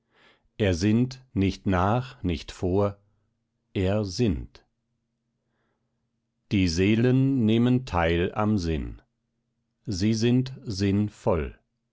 er sinnt nicht nach nicht vor er sinnt die seelen nehmen teil am sinn sie sind sinn voll